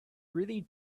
really